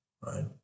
right